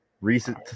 Recent